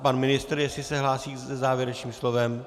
Pan ministr, jestli se hlásí se závěrečným slovem?